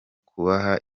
kubaha